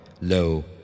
Lo